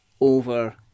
over